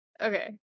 Okay